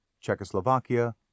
Czechoslovakia